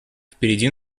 впереди